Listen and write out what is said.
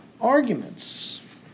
arguments